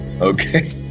okay